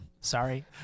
Sorry